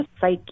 psych